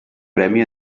premi